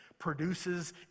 produces